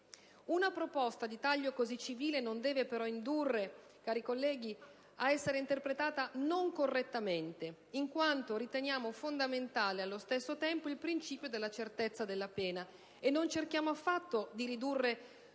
Una proposta di taglio così civile non deve però indurre, cari colleghi, ad una interpretazione non corretta, in quanto riteniamo fondamentale, allo stesso tempo, il principio della certezza della pena e non cerchiamo affatto di ridurre